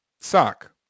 sock